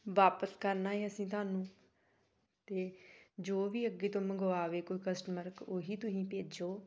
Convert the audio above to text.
ਵਾਪਸ ਕਰਨਾ ਹੈ ਅਸੀਂ ਤੁਹਾਨੂੰ ਅਤੇ ਜੋ ਵੀ ਅੱਗੇ ਤੋਂ ਮੰਗਵਾਵੇ ਕੋਈ ਕਸਟਮਰ ਉਹੀ ਤੁਸੀਂ ਭੇਜੋ